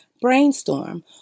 Brainstorm